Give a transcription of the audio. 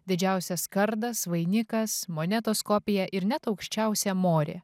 didžiausias kardas vainikas monetos kopija ir net aukščiausia morė